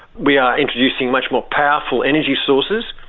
we are introducing much more powerful energy sources.